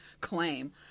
claim